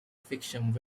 factions